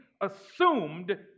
assumed